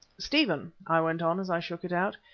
stephen, i went on as i shook it out,